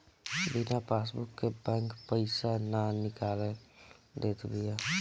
बिना पासबुक के बैंक पईसा ना निकाले देत बिया